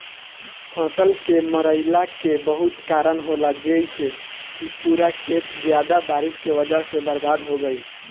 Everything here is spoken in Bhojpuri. फसल के मरईला के बहुत कारन होला जइसे कि पूरा खेत ज्यादा बारिश के वजह से बर्बाद हो गईल